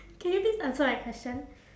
can you please answer my question